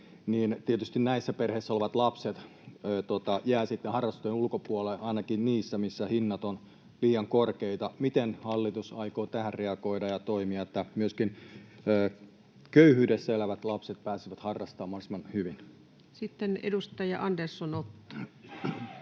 niin tietysti näissä perheissä olevat lapset jäävät sitten harrastusten ulkopuolelle ainakin niissä, missä hinnat ovat liian korkeita. Miten hallitus aikoo tähän reagoida ja toimia, jotta myöskin köyhyydessä elävät lapset pääsevät harrastamaan mahdollisimman hyvin? Sitten edustaja Andersson, Otto.